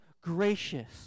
gracious